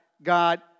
God